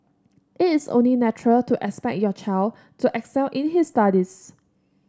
it is only natural to expect your child to excel in his studies